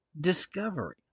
discovery